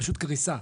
פשוט קריסה.